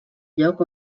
lloc